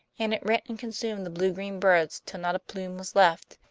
and it rent and consumed the blue-green birds till not a plume was left,